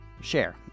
share